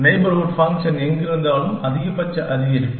heuristic function எங்கிருந்தாலும் அதிகபட்ச அதிகரிப்பு